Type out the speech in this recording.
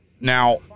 Now